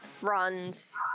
runs